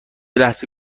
لحظه